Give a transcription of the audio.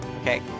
Okay